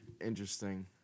interesting